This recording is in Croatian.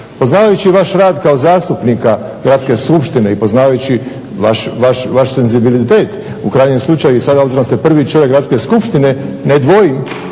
Poznavajući vaš rad kao zastupnika Gradske skupštine i poznavajući vaš senzibilitet, u krajnjem slučaju i sada obzirom da ste prvi čovjek Gradske skupštine, ne dvojim